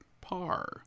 par